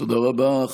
תודה רבה.